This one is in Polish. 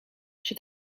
czy